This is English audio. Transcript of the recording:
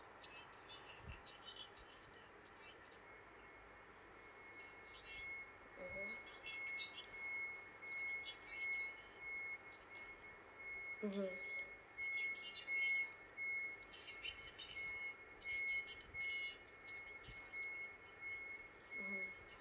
mmhmm mmhmm mmhmm